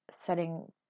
setting